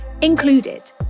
included